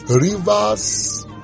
rivers